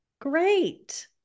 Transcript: Great